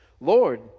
Lord